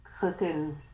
cooking